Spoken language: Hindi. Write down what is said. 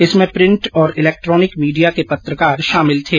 इसमें प्रिंट और इलेक्ट्रॉनिक मीडिया के पत्रकार शामिल थे